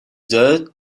just